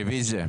רביזיה.